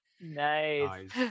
nice